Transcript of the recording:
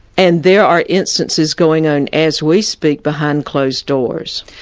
and there are instances going on as we speak behind closed doors.